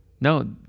No